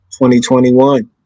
2021